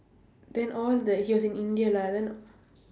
then all the he was in india lah then